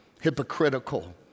hypocritical